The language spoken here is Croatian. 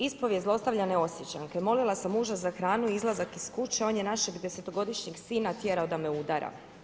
Ispovijest zlostavljane Osječanke: „Molila sam muža za hranu i izlazak iz kuće, on je našeg 10.-godišnjeg sina tjerao da me udara.